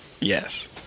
Yes